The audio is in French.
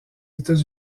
états